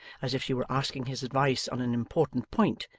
as if she were asking his advice on an important point,